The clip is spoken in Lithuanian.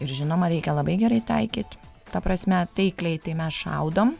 ir žinoma reikia labai gerai taikyt ta prasme taikliai tai mes šaudom